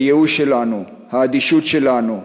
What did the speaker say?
הייאוש שלנו, האדישות שלנו,